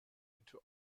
into